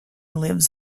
lives